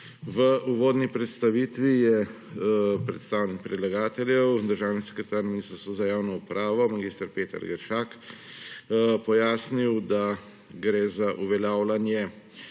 V uvodni predstavitvi je predstavnik predlagateljev, državni sekretar na Ministrstvu za javno upravo, mag. Peter Geršak pojasnil, da gre za uveljavljanje